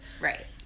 Right